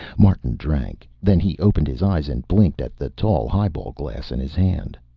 martin drank. then he opened his eyes and blinked at the tall highball glass in his hand.